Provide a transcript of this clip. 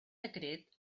decret